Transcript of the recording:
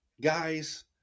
Guys